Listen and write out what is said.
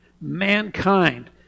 mankind